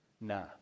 Nah